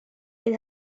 ein